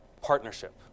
partnership